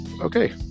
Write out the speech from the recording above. Okay